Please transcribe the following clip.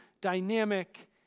dynamic